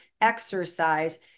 exercise